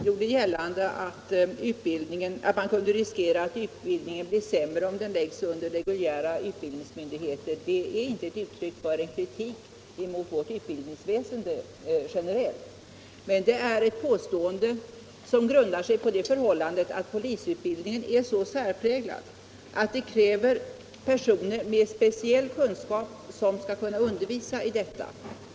Herr talman! Att jag gjorde gällande att man kunde riskera att utbildningen blir sämre om den läggs under reguljära utbildningsmyndigheter är inte ett uttryck för någon kritik mot vårt utbildningsväsende generellt, men det är ett påstående som grundar sig på det förhållandet, att polisutbildningen är så särpräglad att det krävs personer med speciella kunskaper för att undervisa inom denna.